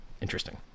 interesting